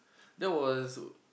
that was